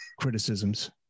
criticisms